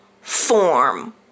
form